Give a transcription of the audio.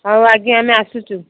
ହଉ ଆଜ୍ଞା ଆମେ ଆସୁଛୁ